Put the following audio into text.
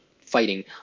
fighting